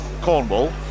Cornwall